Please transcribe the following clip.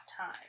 time